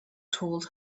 told